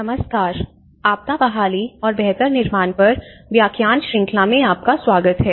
नमस्कार आपदा बहाली और बेहतर निर्माण पर व्याख्यान श्रृंखला में आपका स्वागत है